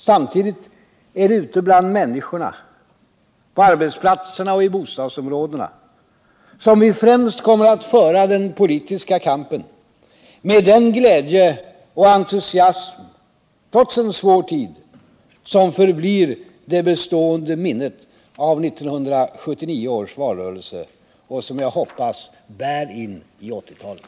Samtidigt är det ute bland människorna, på arbetsplatserna och i bostadsområdena, som vi främst kommer att föra den politiska kampen, med'den glädje och entusiasm trots en svår tid som förblir det bestående minnet av 1979 års valrörelse och som jag hoppas bär in i 1980-talet.